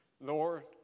Lord